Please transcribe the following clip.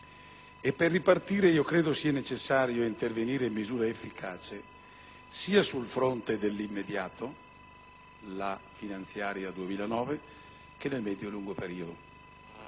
e, per ripartire, io credo sia necessario intervenire in misura efficace, sia sul fronte dell'immediato (legge finanziaria 2009) che nel medio e lungo periodo.